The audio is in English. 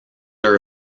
are